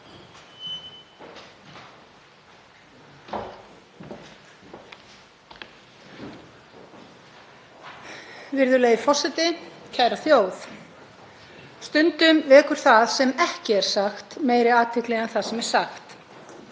Virðulegi forseti. Kæra þjóð. Stundum vekur það sem ekki er sagt, meiri athygli en það sem er sagt.